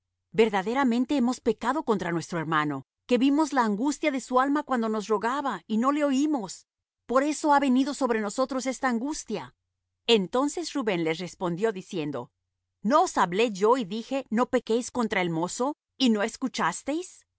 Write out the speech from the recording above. hermano que vimos la angustia de su alma cuando nos rogaba y no le oímos por eso ha venido sobre nosotros esta angustia entonces rubén les respondió diciendo no os hablé yo y dije no pequéis contra el mozo y no escuchásteis